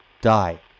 die